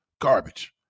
Garbage